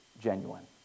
genuine